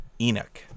Enoch